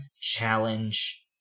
challenge